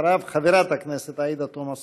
אחריו, חברת הכנסת עאידה תומא סלימאן.